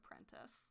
apprentice